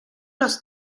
los